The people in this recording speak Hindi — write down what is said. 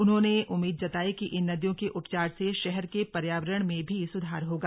उन्होंने उम्मीद जताई कि इन नदियों के उपचार से शहर के पर्यावरण में भी सुधार होगा